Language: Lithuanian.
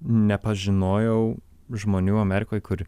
nepažinojau žmonių amerikoj kur